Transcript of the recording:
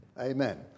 Amen